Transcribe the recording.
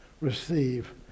receive